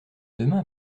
demain